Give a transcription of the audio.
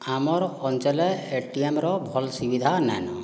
ଆମର ଅଞ୍ଚଳରେ ଏ ଟି ଏମ୍ର ଭଲ ସୁବିଧା ନାହିଁ